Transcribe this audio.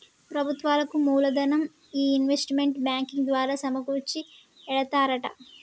ప్రభుత్వాలకు మూలదనం ఈ ఇన్వెస్ట్మెంట్ బ్యాంకింగ్ ద్వారా సమకూర్చి ఎడతారట